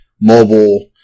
mobile